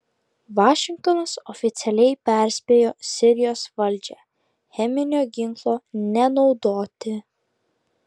vašingtonas oficialiai perspėjo sirijos valdžią cheminio ginklo nenaudoti